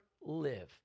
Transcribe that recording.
live